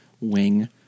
wing